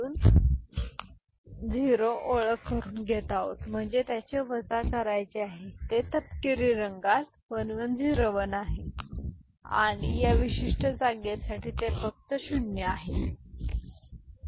तर आता या विशिष्ट वजाबाकीसाठी आपण D 1 म्हणून 0 ओळख करुन घेत आहोत आणि ज्याचे वजा करायचे आहे ते हे तपकिरी रंगात 1 1 0 1 आहे आणि या विशिष्ट जागेसाठी ते फक्त 0 योग्य आहे